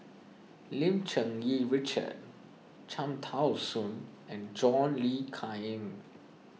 Lim Cherng Yih Richard Cham Tao Soon and John Le Cain